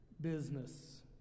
business